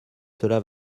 cela